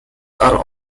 are